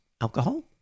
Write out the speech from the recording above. alcohol